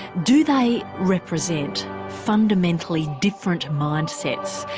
do they represent fundamentally different mind-sets,